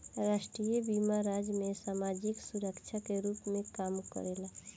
राष्ट्रीय बीमा राज्य में सामाजिक सुरक्षा के रूप में काम करेला